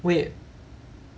wait